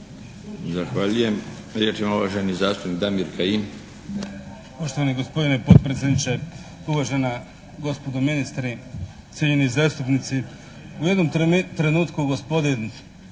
Zahvaljujem. Riječ ima uvaženi zastupnik Damir Kajin.